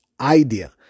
idea